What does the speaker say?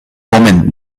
omen